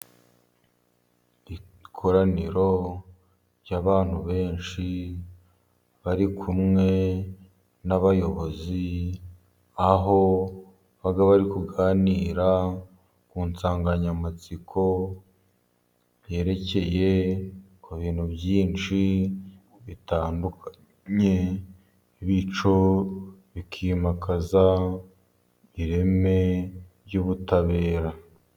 Ikoraniro ry'abantu benshi bari kumwe n'abayobozi, aho bari kuganira ku nsanganyamatsiko, yerekeye ku bintu byinshi bitandukanye bityo bikimakaza ireme ry'ubutabera.